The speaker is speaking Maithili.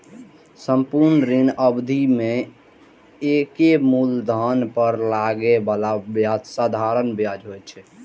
संपूर्ण ऋण अवधि मे एके मूलधन पर लागै बला ब्याज साधारण ब्याज होइ छै